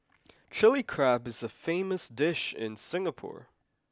Chilli Crab is a famous dish in Singapore